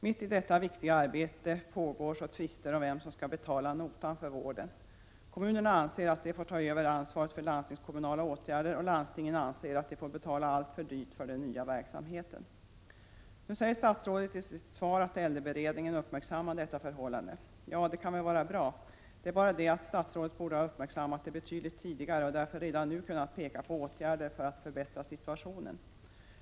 Mitt i detta viktiga arbete pågår så tvister om vem som skall betala notan för vården. Kommunerna anser att de får ta över ansvaret för landstingskommunala åtgärder, och landstingen anser att de får betala alltför dyrt för den nya verksamheten. Nu säger statsrådet i sitt svar att äldreberedningen uppmärksammat detta förhållande. Ja, det kan väl vara bra. Men statsrådet borde ha uppmärksammat det betydligt tidigare och därför redan nu kunnat peka på åtgärder för att förbättra situationen.